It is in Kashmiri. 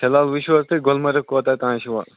فِلحال وُچھُو حظ تُہۍ گُلمرگ کوٚت تانۍ چھِوٕ